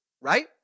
right